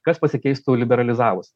kas pasikeistų liberalizavus